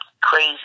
crazy